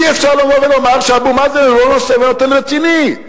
אי-אפשר לבוא ולומר שאבו מאזן הוא לא נושא ונותן רציני,